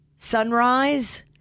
sunrise